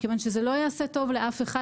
מכיוון שזה לא יעשה טוב לאף אחד.